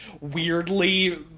weirdly